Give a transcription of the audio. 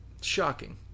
Shocking